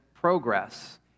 progress